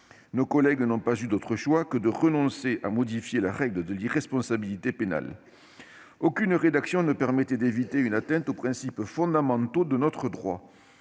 Nos collègues n'ont eu d'autre choix que de renoncer à modifier la règle de l'irresponsabilité pénale : aucune rédaction ne permettait d'éviter une atteinte aux principes fondamentaux de notre droit.